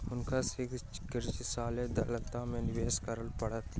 हुनका शीघ्र क्रियाशील दक्षता में निवेश करअ पड़लैन